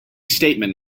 statement